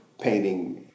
painting